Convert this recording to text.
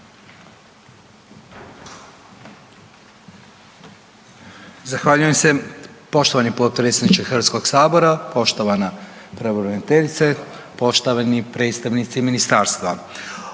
Zahvaljujem se poštovani potpredsjedniče HS-a, poštovana pravobraniteljice, poštovani predstavnici ministarstva,